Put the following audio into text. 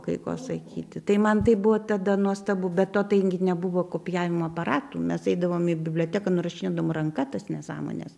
kai ko sakyti tai man tai buvo tada nuostabu be to ten gi nebuvo kopijavimo aparatų mes eidavom į biblioteką nurašydavom ranka tas nesąmones